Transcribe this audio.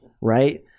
right